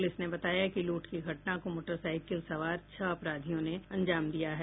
police ने बताया कि लूट की घटना को मोटरसाईकिल सवार छह अपराधियों ने अंजाम दिया है